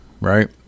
right